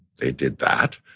they did that?